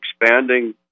expanding